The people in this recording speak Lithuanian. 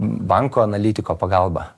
banko analitiko pagalba